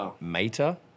Meta